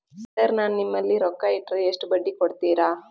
Sir ನಾನು ನಿಮ್ಮಲ್ಲಿ ರೊಕ್ಕ ಇಟ್ಟರ ಎಷ್ಟು ಬಡ್ಡಿ ಕೊಡುತೇರಾ?